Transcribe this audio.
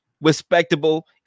respectable